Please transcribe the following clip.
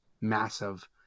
massive